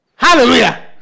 Hallelujah